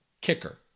Kicker